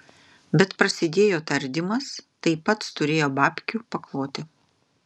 bet prasidėjo tardymas tai pats turėjo babkių pakloti